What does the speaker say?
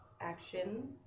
action